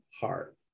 heart